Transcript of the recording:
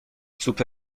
سوپ